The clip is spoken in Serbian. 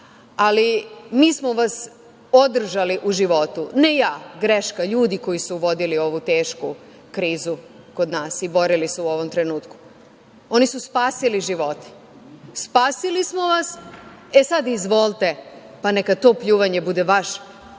ali mi smo vas održali u životu, ne ja, greška, ljudi koji su vodili ovu tešku krizu kod nas i borili se u ovom trenutku, oni su spasili živote. Spasili smo vas, e sad, izvolite, pa neka to pljuvanje bude vaš